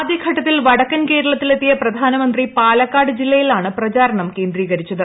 ആദ്യഘട്ടത്തിൽ വടക്കൻ കേരളത്തിലെത്തിയ പ്രധാനമന്ത്രി പാലക്കാട് ജില്ലയിലാണ് പ്രചാരണം കേന്ദ്രീകരിച്ചത്